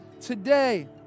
Today